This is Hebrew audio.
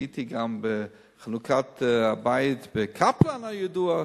שהייתי גם בחנוכת הבית ב"קפלן" הידוע,